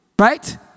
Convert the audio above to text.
right